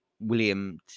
William